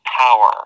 power